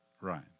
Right